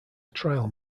trial